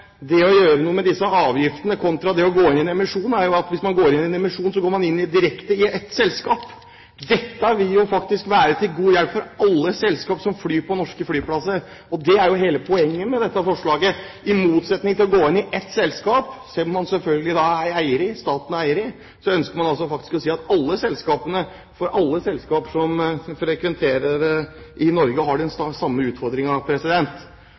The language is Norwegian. det å gjøre noe med disse avgiftene og det å gå inn i en emisjon er at man ved en emisjon går direkte inn i et selskap. Det vi her snakker om, ville faktisk være til god hjelp for alle selskap som flyr på norske flyplasser. Det er jo hele poenget med dette forslaget. I motsetning til det å gå inn i ett selskap som staten er eier i, ønsker man faktisk å si at alle selskap som frekventerer i Norge, har den